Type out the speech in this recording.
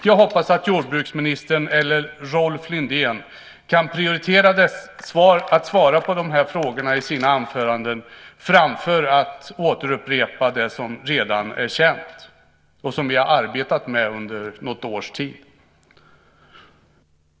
Jag hoppas att jordbruksministern eller Rolf Lindén kan prioritera att svara på de frågorna i sina anföranden framför att återupprepa det som redan är känt och som vi arbetat med under något års tid.